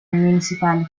municipality